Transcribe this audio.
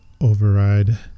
override